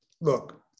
Look